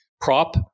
prop